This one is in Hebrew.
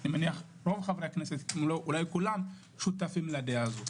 אני מניח שרוב חברי הכנסת ואולי כולם שותפים לדעה הזאת.